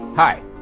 Hi